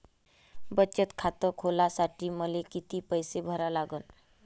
बचत खात खोलासाठी मले किती पैसे भरा लागन?